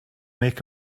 make